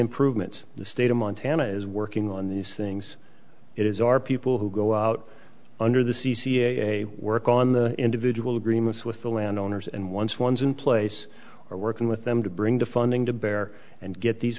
improvements in the state of montana is working on these things it is our people who go out under the c c a work on the individual agreements with the landowners and once ones in place are working with them to bring the funding to bear and get these